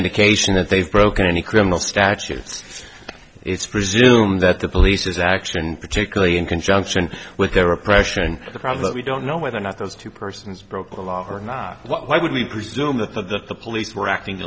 indication that they've broken any criminal statutes it's presume that the police's action particularly in conjunction with their oppression the problem we don't know whether or not those two persons broke the law or not why would we presume that the police were acting